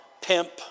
pimp